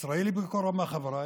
ישראלי בכל רמ"ח איבריי,